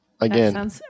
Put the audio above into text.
again